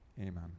Amen